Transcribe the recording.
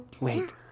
Wait